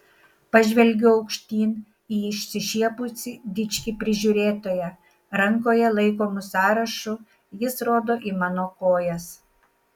pažvelgiu aukštyn į išsišiepusį dičkį prižiūrėtoją rankoje laikomu sąrašu jis rodo į mano kojas